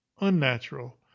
unnatural